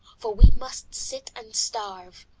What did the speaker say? for we must sit and starve.